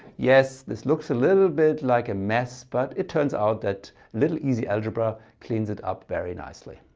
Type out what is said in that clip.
yes this looks a little bit like a mess but it turns out that little easy algebra cleans it up very nicely.